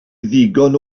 ddigon